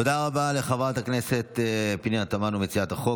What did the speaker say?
תודה רבה לחברת הכנסת פנינה תמנו, מציעת החוק.